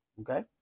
okay